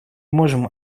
можем